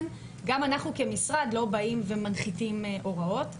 גם אנחנו כמשרד לא באים ומנחיתים הוראות.